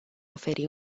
oferi